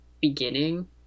beginning